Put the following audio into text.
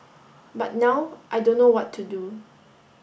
but now I don't know what to do